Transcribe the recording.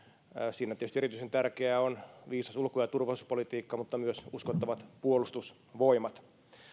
siinä tietysti erityisen tärkeää on viisas ulko ja turvallisuuspolitiikka mutta myös uskottavat puolustusvoimat